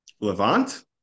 Levant